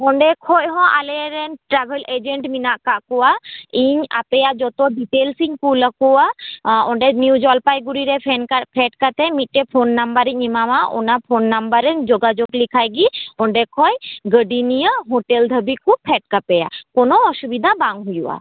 ᱚᱸᱰᱮ ᱠᱷᱚᱱ ᱦᱚᱸ ᱟᱞᱮᱨᱮᱱ ᱴᱨᱟᱵᱷᱮᱞ ᱮᱡᱮᱱᱴ ᱢᱮᱱᱟᱜ ᱟᱠᱟᱫ ᱠᱚᱣᱟ ᱤᱧ ᱟᱯᱮᱭᱟᱜ ᱡᱷᱚᱛᱚ ᱰᱤᱴᱮᱞᱥ ᱤᱧ ᱠᱩᱞᱟᱠᱚᱣᱟ ᱚᱸᱰᱮ ᱱᱤᱭᱩ ᱡᱚᱞᱯᱟᱭᱜᱩᱲᱤ ᱨᱮ ᱥᱮᱱ ᱯᱷᱮᱰ ᱠᱟᱛᱮᱫ ᱢᱤᱫᱴᱮᱱ ᱯᱷᱳᱱ ᱱᱟᱢᱵᱟᱨ ᱤᱧ ᱮᱢᱟᱢᱟ ᱚᱱᱟ ᱯᱷᱳᱱ ᱱᱟᱢᱵᱟᱨ ᱨᱮᱧ ᱡᱳᱜᱟᱡᱳᱜᱽ ᱞᱮᱠᱷᱟᱱᱜᱮ ᱚᱸᱰᱮ ᱠᱷᱚᱱ ᱜᱟᱹᱰᱤ ᱱᱤᱭᱟᱹ ᱦᱳᱴᱮᱞ ᱫᱷᱟᱹᱵᱤᱡ ᱠᱚ ᱯᱷᱮᱰ ᱠᱟᱯᱮᱭᱟ ᱠᱚᱱᱚ ᱚᱥᱩᱵᱤᱫᱷᱟ ᱵᱟᱝ ᱦᱩᱭᱩᱜᱼᱟ